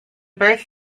birth